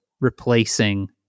replacing